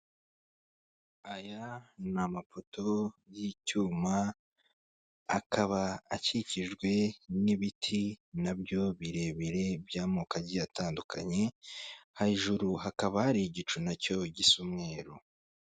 Aya ni amapoto y'icyuma akaba akikijwe n'ibiti nabyo birebire by'amoko agiye atandukanye, hejuru hakaba hari igicu nacyo gisa umweru.